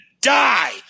die